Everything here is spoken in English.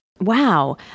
Wow